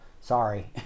Sorry